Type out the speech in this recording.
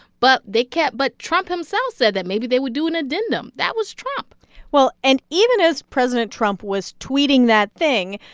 but they kept but trump himself said that maybe they would do an addendum. that was trump well, and even as president trump was tweeting that thing,